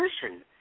person